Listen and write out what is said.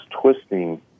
twisting